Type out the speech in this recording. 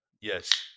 Yes